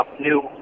new